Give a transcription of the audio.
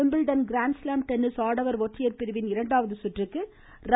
Wimbledon grand slam tennis ஆடவர் ஒற்றையர் பிரிவின் இரண்டாவது சுற்றுக்கு ர